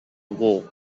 declared